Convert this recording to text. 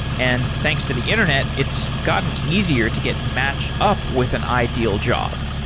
and thanks to the internet it's gotten easier to get match up with an ideal job.